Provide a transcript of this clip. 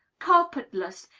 carpetless,